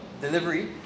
delivery